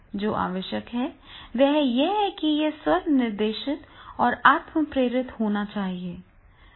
जो आवश्यक है वह यह है कि यह स्व निर्देशित और आत्म प्रेरित होना चाहिए